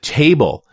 table